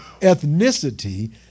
ethnicity